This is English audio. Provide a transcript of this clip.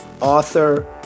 author